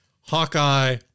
Hawkeye